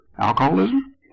Alcoholism